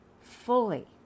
fully